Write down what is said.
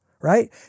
Right